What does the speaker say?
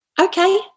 okay